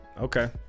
Okay